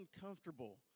uncomfortable